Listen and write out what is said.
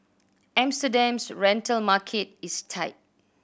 Amsterdam's rental market is tight